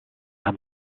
come